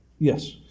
Yes